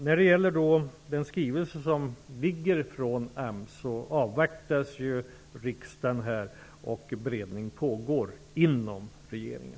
När det gäller den skrivelse som ligger från AMS avvaktar man i riksdagen, och beredning pågår inom regeringen.